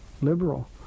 liberal